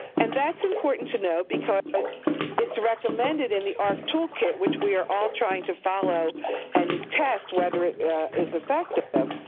and that's important to know because it's recommended in the ahrq toolkit, which we are all trying to follow and test whether it is effective.